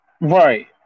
right